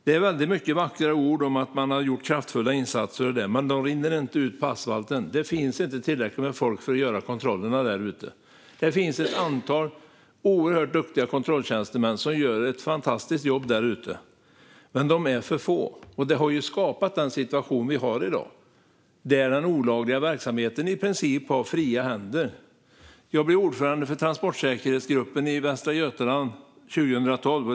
Det är väldigt mycket vackra ord om att man har gjort kraftfulla insatser, men de rinner inte ut på asfalten. Det finns inte tillräckligt med folk för att göra kontrollerna där ute. Det finns ett antal oerhört duktiga kontrolltjänstemän som gör ett fantastiskt jobb, men de är för få. Detta har skapat den situation vi har i dag, där den olagliga verksamheten i princip har fria händer. Jag blev ordförande för transportsäkerhetsgruppen i Västra Götaland 2012.